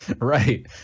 Right